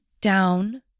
down